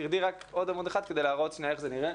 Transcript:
תרדי רק עוד עמוד אחד כדי שנראה איך זה נראה,